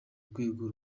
rwego